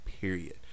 period